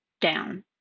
down